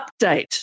update